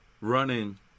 running